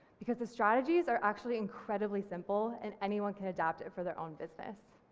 because the strategies are actually incredibly simple and anyone can adopt it for their own business.